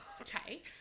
Okay